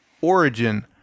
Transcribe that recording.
Origin